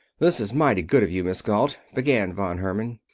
this is mighty good of you, miss galt, began von herman.